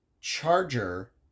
Charger